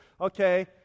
Okay